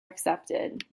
accepted